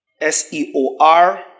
S-E-O-R